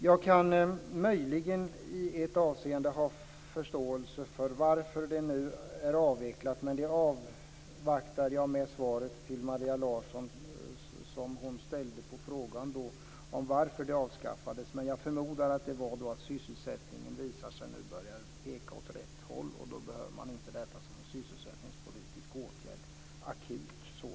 Jag kan möjligen i ett avseende ha förståelse för varför det nu är avvecklat. Jag avvaktar svaret på Maria Larssons fråga om varför det avskaffades. Men jag förmodar att det var för att sysselsättningen visade sig peka åt rätt håll, och då behövs inte detta som en akut sysselsättningspolitisk åtgärd.